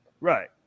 Right